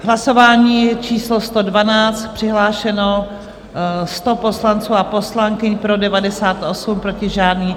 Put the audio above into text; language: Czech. Hlasování číslo 112, přihlášeno 100 poslanců a poslankyň, pro 98, proti žádný.